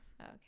Okay